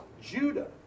Judah